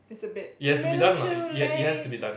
it's a bit little too late